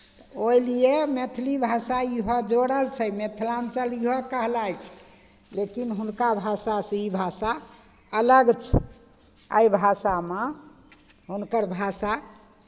ओहि लिए मैथिली भाषा इहो जोड़ल छै मिथिलाञ्चल इहो कहलाइ छै लेकिन हुनका भाषासँ ई भाषा अलग छै एहि भाषामे हुनकर भाषा